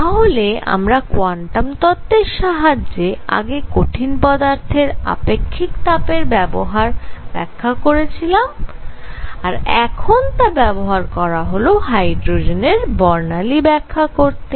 তাহলে আমরা কোয়ান্টাম তত্ত্বের সাহায্যে আগে কঠিন পদার্থের আপেক্ষিক তাপের ব্যবহার ব্যাখ্যা করেছিলাম আর এখন তা ব্যবহার করা হল হাইড্রোজেনের বর্ণালী ব্যাখ্যা করতে